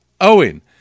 Owen